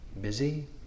busy